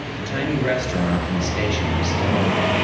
the tiny restaurant in the station was still open,